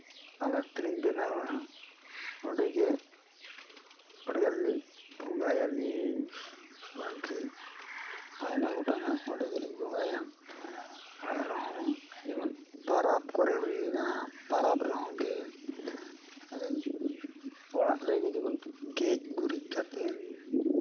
ᱟᱸᱫᱟᱠ ᱛᱮᱞᱤᱧ ᱵᱮᱱᱟᱣᱟ ᱚᱸᱰᱮᱜᱮ ᱚᱸᱰᱮᱜᱮ ᱟᱹᱞᱤᱧᱞᱤᱧ ᱵᱚᱸᱜᱟᱭᱟᱞᱤᱧ ᱵᱟᱝᱠᱷᱟᱡ ᱟᱭᱢᱟ ᱜᱚᱴᱟᱝ ᱟᱜ ᱚᱸᱰᱮ ᱜᱮᱞᱤᱧ ᱵᱚᱸᱜᱟᱭᱟ ᱟᱨᱦᱚᱸ ᱡᱮᱢᱚᱱ ᱯᱚᱨᱚᱵᱽ ᱠᱚᱨᱮ ᱦᱩᱭᱱᱟ ᱯᱚᱨᱚᱵᱽ ᱨᱮᱦᱚᱸᱜᱮ ᱟᱹᱞᱤᱧ ᱚᱲᱟᱜ ᱨᱮᱜᱮ ᱡᱮᱢᱚᱱ ᱜᱮᱡ ᱜᱩᱨᱤᱡ ᱠᱟᱛᱮᱫ